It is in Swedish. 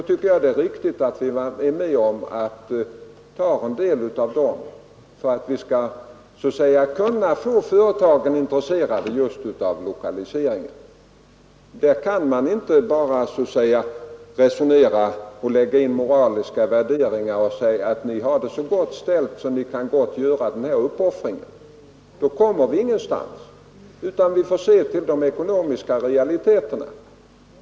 Jag tycker det är riktigt att vi är med och tar en del av dessa kostnader för att kunna få företagen intresserade av lokaliseringen. Man kan inte bara lägga in moraliska värderingar och säga att ni har det så bra ställt att ni gott kan göra den här uppoffringen. Då kommer vi ingenstans. Vi får se till de ekonomiska realiteterna.